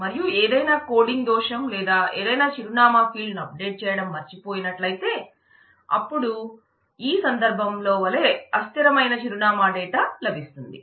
మరియు ఏదైనా కోడింగ్ దోషం లేదా ఏదైనా చిరునామా ఫీల్డ్ లను అప్ డేట్ చేయడం మరచిపోయినట్లయితే అయినట్లయితే అప్పుడు ఈ సందర్భంలో వలే అస్థిరమైన చిరునామా డేటా లభిస్తుంది